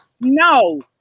No